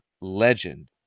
legend